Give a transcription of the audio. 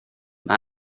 mae